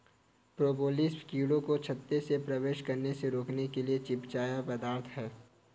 propolis कीड़ों को छत्ते में प्रवेश करने से रोकने के लिए चिपचिपा पदार्थ है